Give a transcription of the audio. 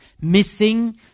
Missing